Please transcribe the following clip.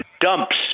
dumps